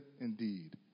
indeed